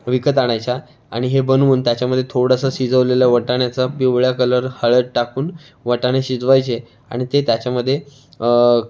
विकत आणायच्या आणि हे बनवून त्याच्यामध्ये थोडंस शिजवलेलं वाटाण्याचं पिवळा कलर हळद टाकून वाटाणे शिजवायचे आणि ते त्याच्यामध्ये